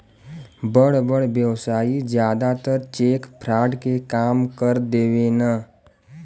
बड़ बड़ व्यवसायी जादातर चेक फ्रॉड के काम कर देवेने